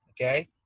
okay